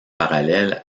parallèles